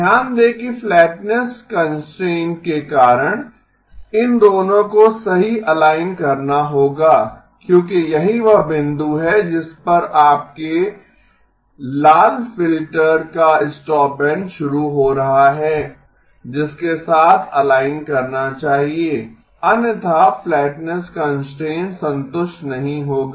ध्यान दें कि फ्लैटनेस कंस्ट्रेंट के कारण इन दोनों को सही अलाइन करना होगा क्योंकि यही वह बिंदु है जिस पर आपके लाल फ़िल्टर का स्टॉपबैंड शुरू हो रहा है जिसके साथ अलाइन करना चाहिए अन्यथा फ़्लैटनेस कंस्ट्रेंट संतुष्ट नहीं होगा